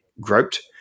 groped